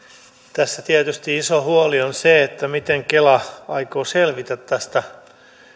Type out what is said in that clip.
tässä tietysti iso huoli on se miten kela aikoo selvitä tästä